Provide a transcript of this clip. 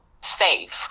safe